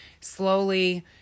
slowly